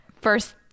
first